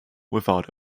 without